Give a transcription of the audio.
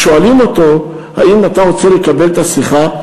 אז שואלים אותו: האם אתה רוצה לקבל את השיחה?